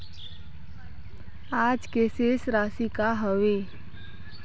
आज के शेष राशि का हवे?